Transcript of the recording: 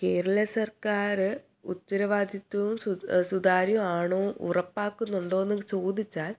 കേരളസർക്കാർ ഉത്തരവാദിത്ത്വവും സുതാര്യം ആണോ ഉറപ്പാക്കുന്നുണ്ടോയെന്ന് ചോദിച്ചാൽ